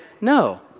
no